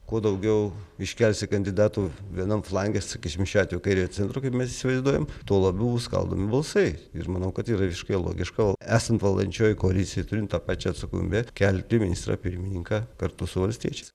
kuo daugiau iškelsi kandidatų vienam flange sakysim šiuo atveju kairiojo centro kaip mes įsivaizduojam tuo labiau skaldomi balsai ir manau kad yra visiškai logiška esant valdančiojoje koalicijoje turint tą pačią atsakomybę kelti ministrą pirmininką kartu su valstiečiais